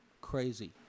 Crazy